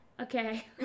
okay